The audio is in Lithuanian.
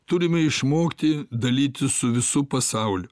turime išmokti dalytis su visu pasauliu